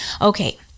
Okay